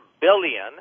billion